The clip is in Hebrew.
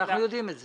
אנחנו יודעים את זה.